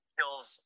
kills